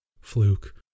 Fluke